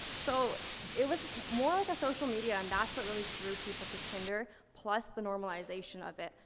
so it was more like a social media, and that's what really drew people to tinder, plus the normalization of it.